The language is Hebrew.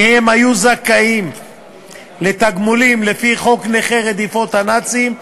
כי הם היו זכאים לתגמולים לפי חוק נכי רדיפות הנאצים,